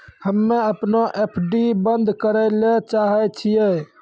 हम्मे अपनो एफ.डी बन्द करै ले चाहै छियै